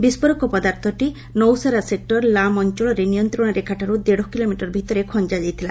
ବିସ୍ଫୋରକ ପଦାର୍ଥଟି ନୌସେରା ସେକୁର ଲାମ୍ ଅଞ୍ଚଳରେ ନିୟନ୍ତ୍ରଣ ରେଖାଠାରୁ ଦେଢ଼ କିଲୋମିଟର ଭିତରେ ଖଞ୍ଜା ଯାଇଥିଲା